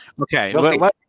Okay